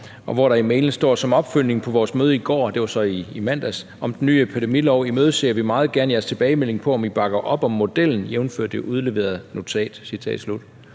hvor der i mailen står: Som opfølgning på vores møde i går – det var så i mandags – om den nye epidemilov, imødeser vi meget gerne jeres tilbagemelding på, om I bakker op om modellen, jævnfør det udleverede notat.